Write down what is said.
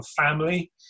family